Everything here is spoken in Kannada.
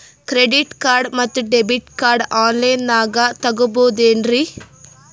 ಕ್ರೆಡಿಟ್ ಕಾರ್ಡ್ ಮತ್ತು ಡೆಬಿಟ್ ಕಾರ್ಡ್ ಆನ್ ಲೈನಾಗ್ ತಗೋಬಹುದೇನ್ರಿ?